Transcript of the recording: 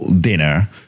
dinner